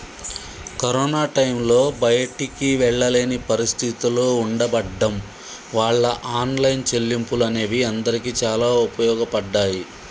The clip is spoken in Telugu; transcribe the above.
కరోనా టైంలో బయటికి వెళ్ళలేని పరిస్థితులు ఉండబడ్డం వాళ్ళ ఆన్లైన్ చెల్లింపులు అనేవి అందరికీ చాలా ఉపయోగపడ్డాయి